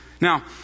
Now